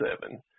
seven